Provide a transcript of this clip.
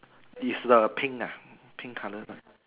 is the pink uh pink colour lah